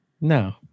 No